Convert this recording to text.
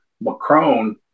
Macron